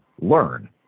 Learn